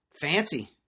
fancy